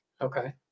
okay